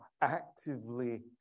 actively